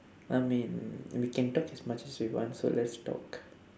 I mean we can talk as much as we want so let's talk